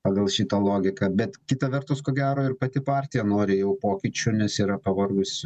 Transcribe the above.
pagal šitą logiką bet kita vertus ko gero ir pati partija nori jau pokyčių nes yra pavargusi